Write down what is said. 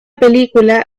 película